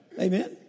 Amen